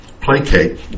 Placate